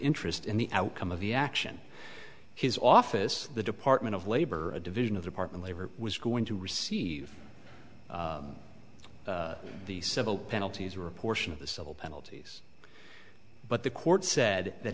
interest in the outcome of the action his office the department of labor a division of the partner labor was going to receive the civil penalties or a portion of the civil penalties but the court said that